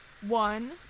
one